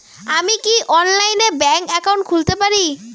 আমি কি অনলাইনে ব্যাংক একাউন্ট খুলতে পারি?